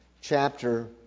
chapter